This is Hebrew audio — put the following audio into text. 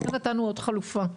לכן נתנו עוד חלופה.